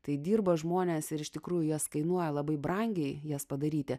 tai dirba žmonės ir iš tikrųjų jas kainuoja labai brangiai jas padaryti